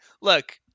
Look